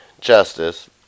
justice